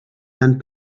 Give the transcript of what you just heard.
and